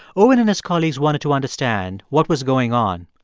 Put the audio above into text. owen and his colleagues wanted to understand what was going on.